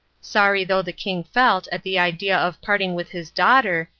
sorry though the king felt at the idea of parting with his daughter,